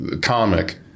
comic